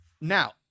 now